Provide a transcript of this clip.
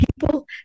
people